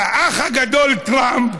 והאח הגדול טראמפ,